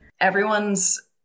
everyone's